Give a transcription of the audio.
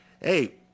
Hey